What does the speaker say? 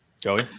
Joey